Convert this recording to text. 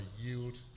yield